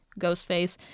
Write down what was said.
Ghostface